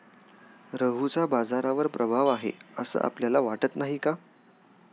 रघूचा बाजारावर प्रभाव आहे असं आपल्याला वाटत नाही का?